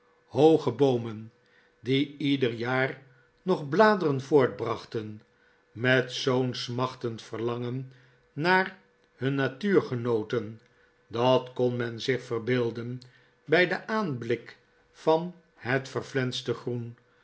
hooge boomen die ieder jaar nog bladeren voortbrachten met zoo'n smachtend verlangen naar hun natuurgenooten dat kon men zich verbeelden bij den aanblik van het verflenste groen